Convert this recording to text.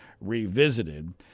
revisited